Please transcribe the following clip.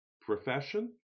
profession